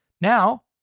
Now